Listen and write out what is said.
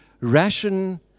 ration